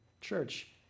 church